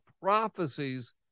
prophecies